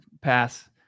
pass